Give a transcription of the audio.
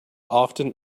often